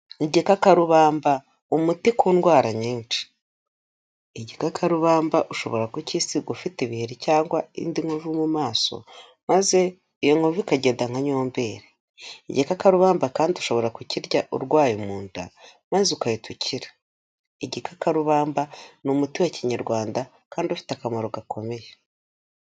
Igikakarubamba umuti ku ndwara nyinshi, igikakarubamba ushobora kucyisiga ufite ibiheri cyangwa indi nkovu mu maso maze iyo nkovu ikagenda nka Nyomberi, igikakarubamba kandi ushobora kukirya urwaye mu nda maze ugahita ukira, igikakarubamba ni umuti wa Kinyarwanda kandi ufite akamaro gakomeye.